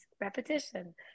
repetition